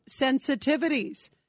sensitivities